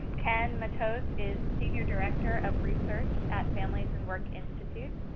ken matos is senior director of research at families and work institute.